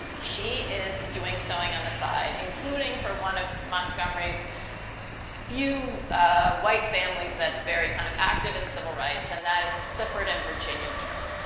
she is doing sewing on the side including for one of montgomery's few white families that's very kind of active in civil rights. and, that is clifford and virginia durr.